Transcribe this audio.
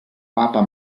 papa